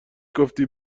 گفتی